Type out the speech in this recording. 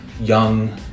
young